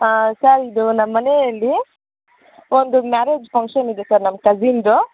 ಹಾಂ ಸರ್ ಇದು ನಮ್ಮ ಮನೆಯಲ್ಲಿ ಒಂದು ಮ್ಯಾರೇಜ್ ಫಂಕ್ಷನ್ನಿದೆ ಸರ್ ನಮ್ಮ ಕಸಿನ್ದು